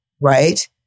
right